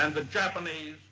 and the japanese